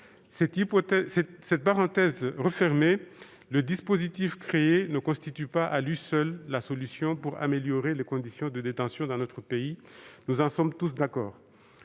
Cette parenthèse refermée, le dispositif créé ne constitue pas à lui seul la solution pour améliorer les conditions de détention dans notre pays- nous en sommes tous d'accord.